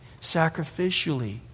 sacrificially